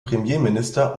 premierminister